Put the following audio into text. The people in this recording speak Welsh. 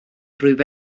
rwyf